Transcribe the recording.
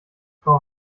frau